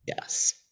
Yes